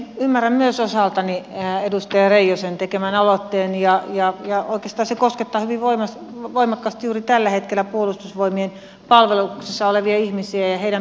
ymmärrän myös osaltani edustaja reijosen tekemän aloitteen ja oikeastaan se koskettaa hyvin voimakkaasti juuri tällä hetkellä puolustusvoimien palveluksessa olevia ihmisiä ja heidän perheitään